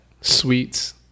sweets